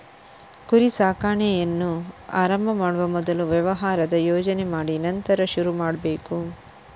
ಕುರಿ ಸಾಕಾಣೆಯನ್ನ ಆರಂಭ ಮಾಡುವ ಮೊದಲು ವ್ಯವಹಾರದ ಯೋಜನೆ ಮಾಡಿ ನಂತರ ಶುರು ಮಾಡ್ಬೇಕು